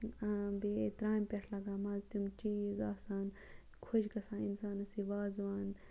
بیٚیہِ ترٛامہِ پٮ۪ٹھ لَگان مَزٕ تِم چیٖز آسان خۄش گژھان اِنسانَس یہِ وازوان